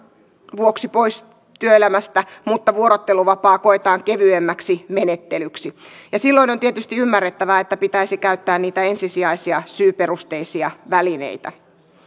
vuoksi pois työelämästä mutta vuorotteluvapaa koetaan kevyemmäksi menettelyksi silloin on tietysti ymmärrettävää että pitäisi käyttää niitä ensisijaisia syyperusteisia välineitä